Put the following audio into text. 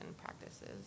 practices